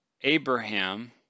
Abraham